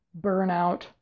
burnout